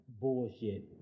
bullshit